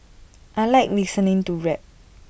I Like listening to rap